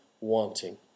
wanting